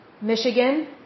Michigan